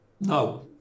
No